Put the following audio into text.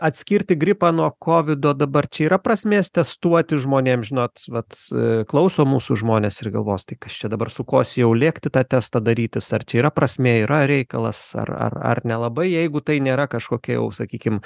atskirti gripą nuo kovido dabar čia yra prasmės testuotis žmonėms žinot vat a klauso mūsų žmonės ir galvos tai kas čia dabar sukosėjau lėkti tą testą darytis ar čia yra prasmė yra reikalas ar ar ar nelabai jeigu tai nėra kažkokie jau sakykim